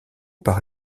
par